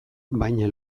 baina